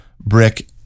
brick